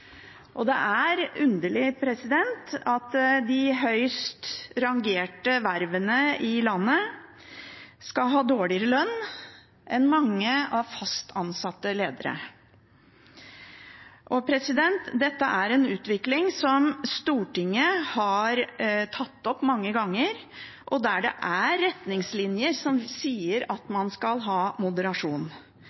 og det er underlig at de med de høyest rangerte vervene i landet skal ha dårligere lønn enn mange fast ansatte ledere. Dette er en utvikling som Stortinget har tatt opp mange ganger. Det er retningslinjer som sier at man skal ha moderasjon,